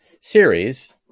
series